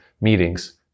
meetings